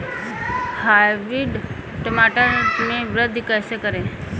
Hybrid टमाटर में वृद्धि कैसे करें?